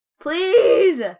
please